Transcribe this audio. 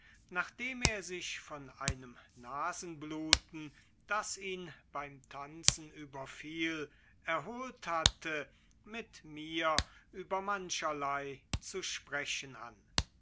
nachdem er sich von einem nasenbluten das ihn beim tanzen überfiel erholt hatte mit mir über mancherlei zu sprechen an